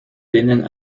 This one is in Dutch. winnen